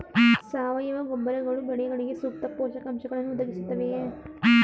ಸಾವಯವ ಗೊಬ್ಬರಗಳು ಬೆಳೆಗಳಿಗೆ ಸೂಕ್ತ ಪೋಷಕಾಂಶಗಳನ್ನು ಒದಗಿಸುತ್ತವೆಯೇ?